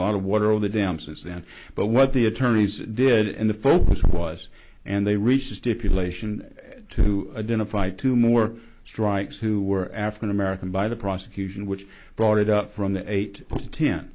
a lot of water on the dam since then but what the attorneys did in the focus was and they reached a stipulation to identify two more strikes who were african american by the prosecution which brought it up from the eight to ten